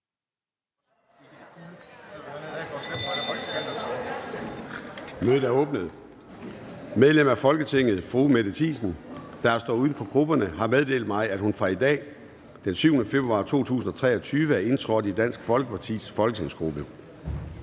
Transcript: Mødet er åbnet. Medlem af Folketinget Mette Thiesen, der har stået uden for grupperne, har meddelt mig, at hun fra i dag, den 7. februar 2023, er indtrådt i Dansk Folkepartis folketingsgruppe.